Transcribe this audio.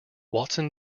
watson